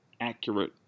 accurate